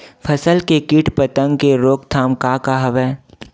फसल के कीट पतंग के रोकथाम का का हवय?